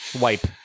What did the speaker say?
Wipe